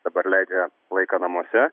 dabar leidžia laiką namuose